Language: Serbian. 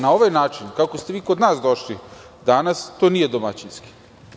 Na ovaj način, kako ste vi kod nas došli danas, to nije domaćinski.